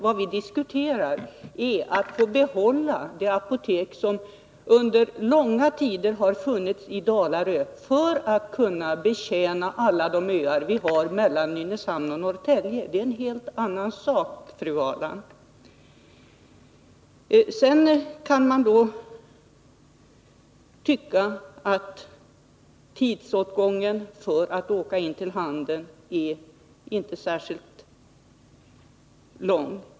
Vad vi diskuterar är att man skall få behålla det apotek som under långa tider har funnits i Dalarö för att man skall kunna betjäna alla de öar som finns mellan Nynäshamn och Norrtälje. Det är en helt annan sak, fru Ahrland. Sedan kan man tycka att den tid som åtgår för att åka in till Handen inte är särskilt lång.